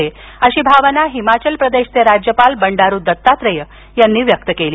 अशी भावना हिमाचल प्रदेशचे राज्यपाल बंडारू दत्तात्रेय यांनी व्यक्त केली